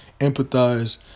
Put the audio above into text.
empathize